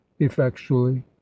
effectually